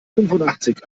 fünfundachtzig